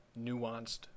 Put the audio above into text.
nuanced